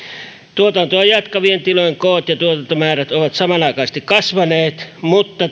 tuotantoa jatkavien tilojen koot ja tuotantomäärät ovat samanaikaisesti kasvaneet mutta